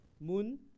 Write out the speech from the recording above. Moon